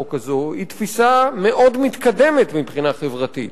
החוק הזו היא תפיסה מאוד מתקדמת מבחינה חברתית.